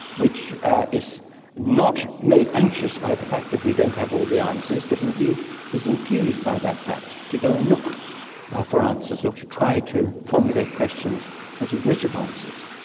which is not made anxious by the fact that we don't have all the answers but indeed is enthused by that fact to go and look for answers or to try and formulate questions that admit advances.